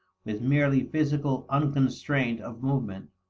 with merely physical unconstraint of movement.